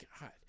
God